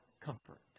comfort